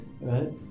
Right